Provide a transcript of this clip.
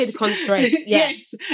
Yes